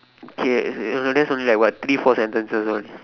K you know that's only like what three four sentences one